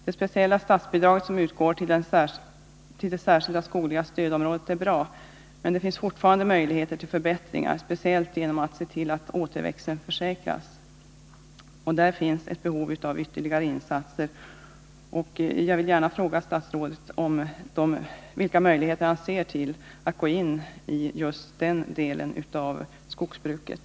Det speciella statsbidrag som utgår till det särskilda skogliga stödområdet är bra, men det finns fortfarande möjligheter att göra förbättringar, speciellt genom att se till att återväxten försäkras. Det finns där ett behov av ytterligare insatser, och jag vill gärna fråga statsrådet vilka möjligheter han ser att gå in i just den delen av skogsbruket.